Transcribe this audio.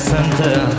Center